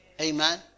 Amen